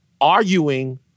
arguing